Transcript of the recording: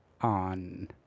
on